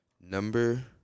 Number